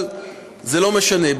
אבל זה לא משנה,